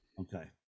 Okay